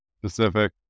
specific